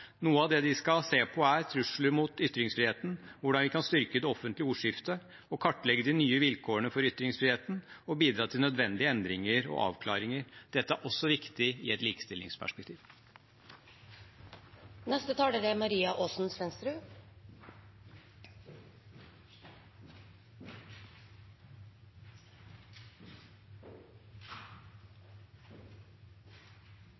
Noe av det de skal se på, er trusler mot ytringsfriheten, hvordan vi kan styrke det offentlige ordskiftet og kartlegge de nye vilkårene for ytringsfriheten og bidra til nødvendige endringer og avklaringer. Dette er også viktig i et likestillingsperspektiv. Likestillingsarbeid er